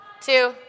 two